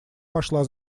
пошла